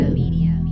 media